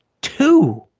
two